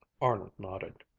arnold nodded.